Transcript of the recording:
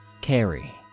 Carrie